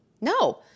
no